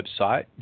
website